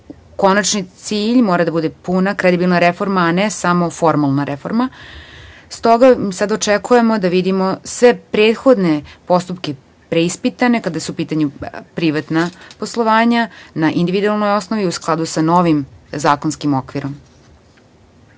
konačni cilj mora da bude puna kredibilna reforma, a ne samo formalna reforma. Očekujemo da vidimo sve prethodne postupke preispitane kada su u pitanju privatna poslovanja na individualnoj osnovi u skladu sa novim zakonskim okvirom. Kada